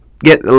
get